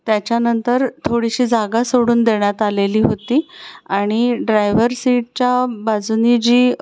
त्याच्यानंतर थोडीशी जागा सोडून देण्यात आलेली होती आणि ड्रायवर सीटच्या बाजूने जी